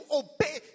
obey